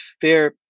fair